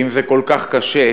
אם זה כל כך קשה,